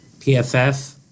PFF